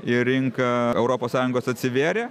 ir rinka europos sąjungos atsivėrė